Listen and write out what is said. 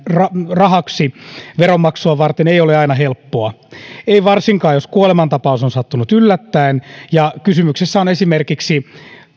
rahaksi veron maksua varten ei ole aina helppoa ei varsinkaan jos kuolemantapaus on sattunut yllättäen ja kysymyksessä on esimerkiksi